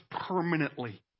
permanently